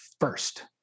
first